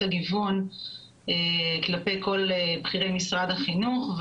הגיוון כלפי כל בכירי משרד החינוך,